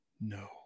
no